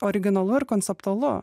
originalu ir konceptualu